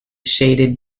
shaded